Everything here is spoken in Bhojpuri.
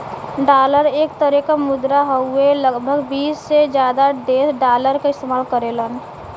डॉलर एक तरे क मुद्रा हउवे लगभग बीस से जादा देश डॉलर क इस्तेमाल करेलन